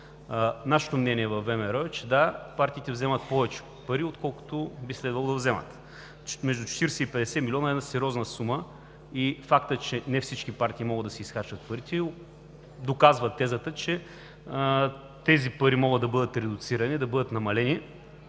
Нашето мнение във ВМРО е, че – да, партиите вземат повече пари, отколкото би следвало да вземат. Между 40 и 50 млн. е сериозна сума и фактът, че не всички партии могат да си изхарчат парите, доказва тезата, че тези пари могат да бъдат редуцирани, да бъдат намалени